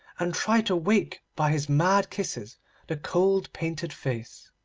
and try to wake by his mad kisses the cold painted face.